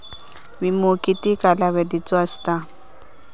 विमो किती कालावधीचो असता?